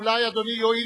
אולי אדוני יואיל,